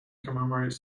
commemorates